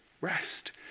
rest